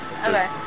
Okay